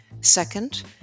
Second